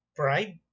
pride